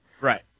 right